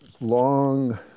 long